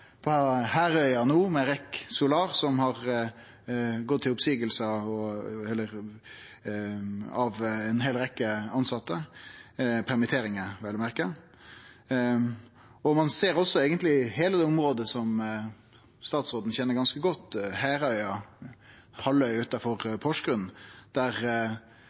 no, med REC Solar, som har gått til oppseiing – vel å merke permisjonar – av ei heil rekkje tilsette. Ein ser det eigentleg også i heile dette området som statsråden kjenner ganske godt, Herøya, ei halvøy utanfor